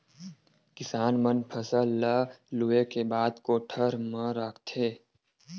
किसान मन फसल ल लूए के बाद कोठर म राखथे